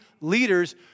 leaders